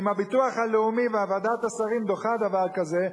אם הביטוח הלאומי וועדת השרים דוחים דבר כזה,